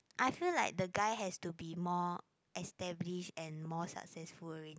I feel like the guy has to be more established and more successful already